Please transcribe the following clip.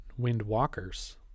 Windwalkers